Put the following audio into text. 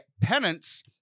penance